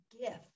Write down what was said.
gift